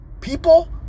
people